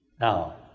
Now